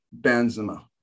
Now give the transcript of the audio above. Benzema